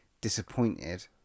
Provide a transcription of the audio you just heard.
disappointed